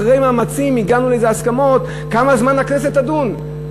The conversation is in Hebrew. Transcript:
אחרי מאמצים הגענו לאיזה הסכמות כמה זמן הכנסת תדון.